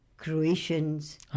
Croatians